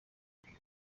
yagize